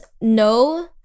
No